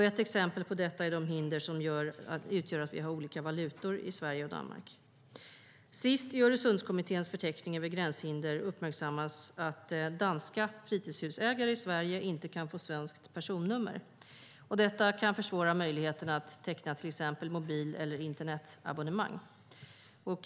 Ett exempel på detta är det hinder som det utgör att vi har olika valutor i Sverige och Danmark. Sist i Öresundskommitténs förteckning över gränshinder uppmärksammas att danska fritidshusägare i Sverige inte kan få svenskt personnummer. Detta kan försvåra möjligheten att teckna till exempel mobil eller internetabonnemang.